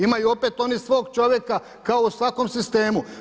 Imaju opet oni svog čovjeka kao u svakom sistemu.